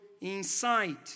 inside